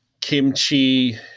kimchi